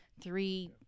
three